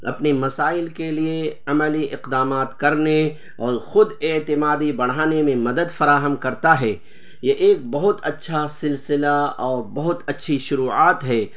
اپنے مسائل کے لیے عملی اقدامات کرنے اور خود اعتمادی بڑھانے میں مدد فراہم کرتا ہے یہ ایک بہت اچھا سلسلہ اور بہت اچھی شروعات ہے